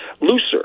looser